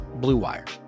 BlueWire